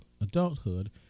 adulthood